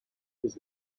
his